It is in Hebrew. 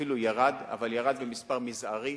אפילו ירד, אבל ירד במספר מזערי.